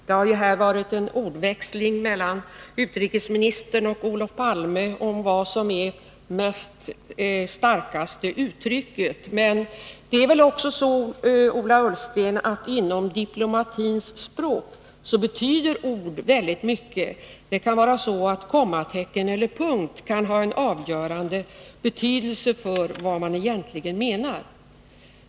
Det har ju här varit en ordväxling mellan utrikesministern och Olof Palme om vad som är det starkaste uttrycket. Men det är väl också så, Ola Ullsten, att ord betyder väldigt mycket inom diplomatins språk. Det kan hända att ett kommatecken eller en punkt har avgörande betydelse för vad man egentligen menar.